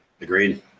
Agreed